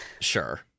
sure